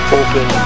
open